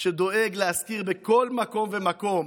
שדואג להזכיר בכל מקום ומקום,